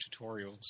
tutorials